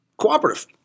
cooperative